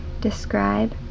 describe